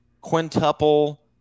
Quintuple